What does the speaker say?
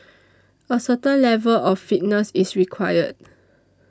a certain level of fitness is required